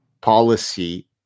policy